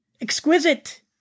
Exquisite